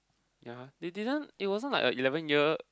ya they didn't it wasn't like a eleven year